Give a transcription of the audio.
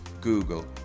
Google